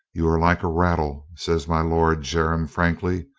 you are like a rattle, said my lord jermyn frankly.